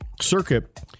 Circuit